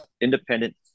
Independent